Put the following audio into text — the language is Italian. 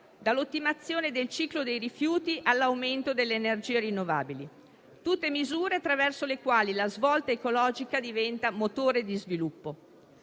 dall'ultimazione del ciclo dei rifiuti all'aumento delle energie rinnovabili; tutte misure attraverso le quali la svolta ecologica diventa motore di sviluppo.